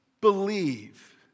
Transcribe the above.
believe